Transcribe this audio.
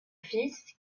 fils